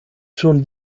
schon